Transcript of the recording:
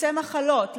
מפיצי מחלות,